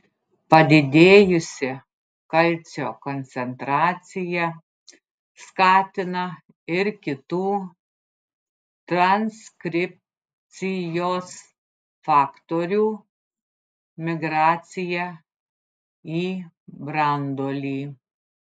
padidėjusi kalcio koncentracija skatina ir kitų transkripcijos faktorių migraciją į branduolį